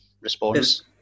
response